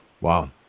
wow